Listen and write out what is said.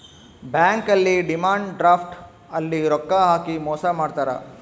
bank ಅಲ್ಲಿ demand draft ಅಲ್ಲಿ ರೊಕ್ಕ ಹಾಕಿ ಮೋಸ ಮಾಡ್ತಾರ